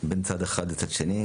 בין צד אחד לצד שני.